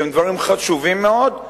שהם דברים חשובים מאוד,